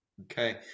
okay